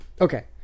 Okay